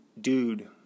dude